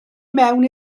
mewn